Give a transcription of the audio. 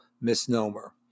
misnomer